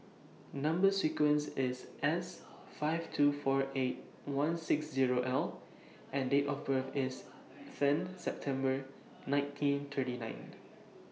Number sequence IS S five two four eight one six Zero L and Date of birth IS ten September nineteen thirty nine